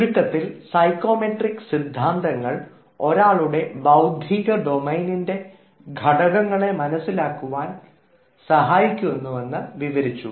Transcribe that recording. ചുരുക്കത്തിൽ സൈക്കോമെട്രിക് സിദ്ധാന്തങ്ങൾ ഒരാളുടെ ബൌദ്ധിക ഡൊമെയ്നിന്റെ ഘടകങ്ങൾ മനസ്സിലാക്കാൻ സഹായിക്കുന്നുവെന്ന് വിവരിച്ചു